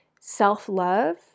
self-love